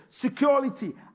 security